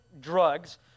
drugs